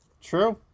True